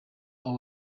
our